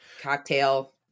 cocktail